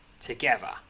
together